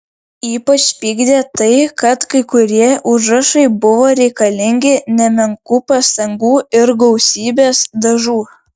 ypač pykdė tai kad kai kurie užrašai buvo reikalingi nemenkų pastangų ir gausybės dažų